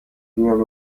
میآیند